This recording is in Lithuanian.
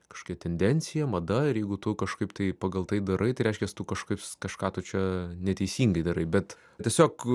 kažkokia tendencija mada ir jeigu tu kažkaip tai pagal tai darai tai reiškias tu kažkaip kažką tu čia neteisingai darai bet tiesiog